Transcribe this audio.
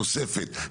נוספת,